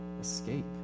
escape